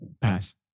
Pass